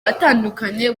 atandukanye